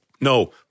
No